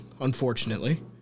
unfortunately